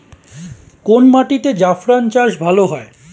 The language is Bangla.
কোন মাটিতে জাফরান চাষ ভালো হয়?